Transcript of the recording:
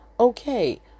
Okay